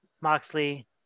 Moxley